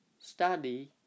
study